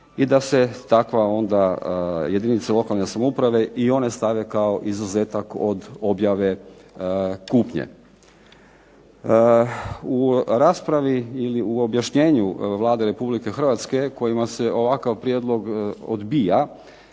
i da se takva onda jedinica lokalne samouprave i one stave kao izuzetak od objave kupnje. U raspravi ili u objašnjenju Vlade Republike Hrvatske kojima se ovakav prijedlog odbija